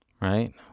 Right